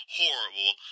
horrible